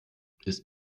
ist